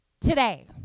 today